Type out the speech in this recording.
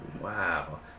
Wow